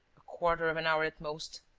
quarter of an hour at most.